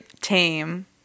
tame